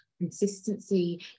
Consistency